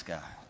God